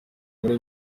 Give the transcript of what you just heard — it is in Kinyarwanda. muri